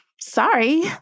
Sorry